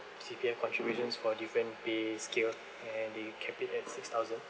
C_P_F contributions for different pay scale and they cap it at six thousand